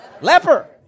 leper